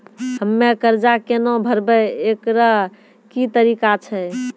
हम्मय कर्जा केना भरबै, एकरऽ की तरीका छै?